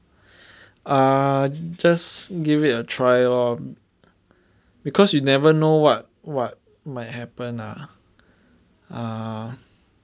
ah just give it a try lor because you never know what what might happen ah ah